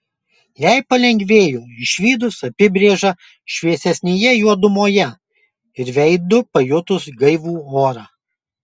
jai palengvėjo išvydus apybrėžą šviesesnėje juodumoje ir veidu pajutus gaivų orą